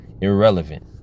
irrelevant